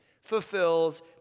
fulfills